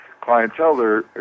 clientele